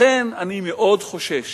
לכן אני מאוד חושש